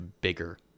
bigger